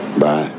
Bye